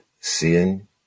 Sin